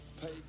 Pay